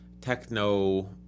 techno